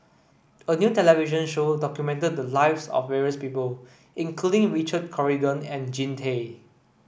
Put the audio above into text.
a new television show documented the lives of various people including Richard Corridon and Jean Tay